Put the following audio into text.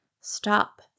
stop